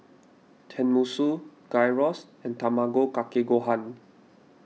Tenmusu Gyros and Tamago Kake Gohan